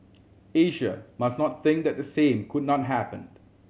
Asia must not think that the same could not happened